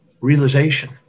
realization